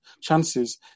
chances